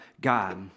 God